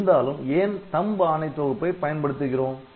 இருந்தாலும் ஏன் THUMB ஆணை தொகுப்பை பயன்படுத்துகிறோம்